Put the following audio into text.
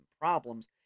problems